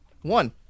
One